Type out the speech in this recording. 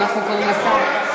אנחנו קוראים לשר.